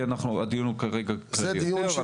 כי הדיון הוא כרגע הוא קצת יותר.